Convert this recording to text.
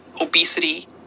obesity